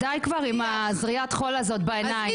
לכן די כבר עם זריית החול הזאת בעיניים.